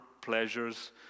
pleasures